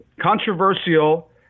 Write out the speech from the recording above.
controversial